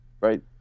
right